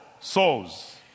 souls